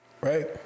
Right